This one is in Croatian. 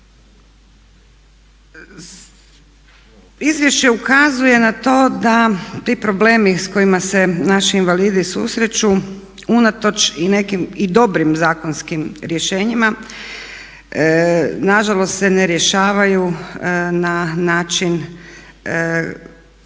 Izvješće ukazuje na to da ti problemi s kojima se naši invalidi susreću unatoč i nekim dobrim zakonskim rješenjima nažalost se ne rješavaju na način